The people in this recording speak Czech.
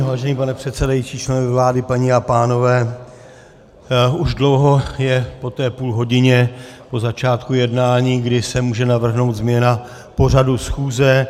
Vážený pane předsedající, členové vlády, paní a pánové, už dlouho je po té půlhodině po začátku jednání, kdy se může navrhnout změna pořadů schůze.